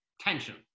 tension